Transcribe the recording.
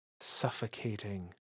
suffocating